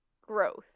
growth